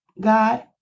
God